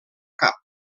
cap